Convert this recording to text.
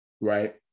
right